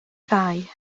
ddau